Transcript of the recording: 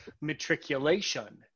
matriculation